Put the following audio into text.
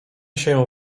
sieją